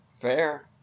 Fair